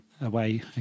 away